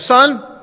Son